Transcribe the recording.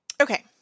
Okay